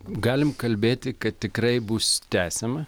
galim kalbėti kad tikrai bus tęsiama